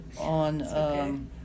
on